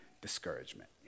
discouragement